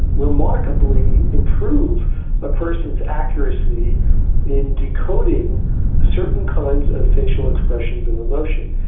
remarkably improve a person's accuracy in decoding certain kinds of facial expressions of emotion.